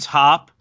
top